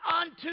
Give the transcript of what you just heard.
unto